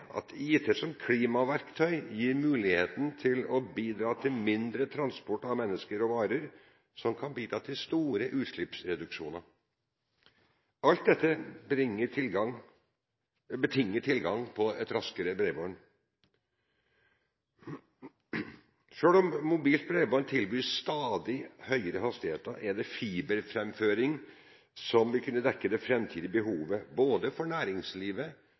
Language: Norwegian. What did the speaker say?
at IT som klimaverktøy gir muligheten til å bidra til mindre transport av mennesker og varer, noe som kan bidra til store utslippsreduksjoner. Alt dette betinger tilgang til et raskere bredbånd. Selv om mobilt bredbånd tilbyr stadig høyere hastigheter, er det fiberframføring som vil kunne dekke det framtidige behovet for næringslivet,